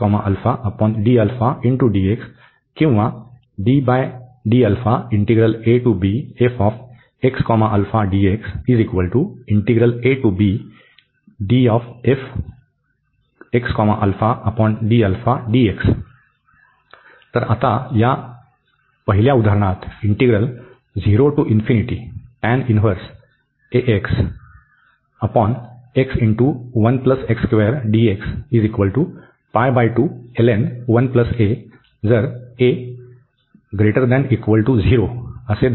OR तर आता या उदाहरण 1 मध्ये इंटीग्रल दर्शवू